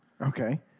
Okay